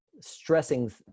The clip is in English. stressing